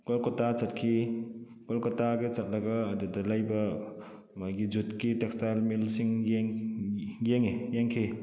ꯀꯣꯜꯀꯇꯥ ꯆꯠꯈꯤ ꯀꯣꯜꯀꯇꯥꯗ ꯆꯠꯂꯒ ꯑꯗꯨꯗ ꯂꯩꯕ ꯃꯣꯏꯒꯤ ꯖꯨꯠꯀꯤ ꯇꯦꯛꯁꯇꯥꯏꯜ ꯃꯤꯜꯁꯤꯡꯒꯤ ꯌꯦꯡꯉꯛꯑꯦ ꯌꯦꯡꯈꯤ